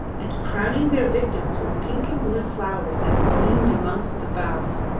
and crowning their victims with pink and blue flowers that gleamed amongst the boughs,